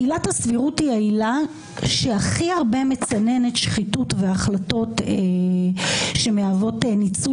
עילת הסבירות היא העילה שהכי הרבה מצננת שחיתות והחלטות שמהוות ניצול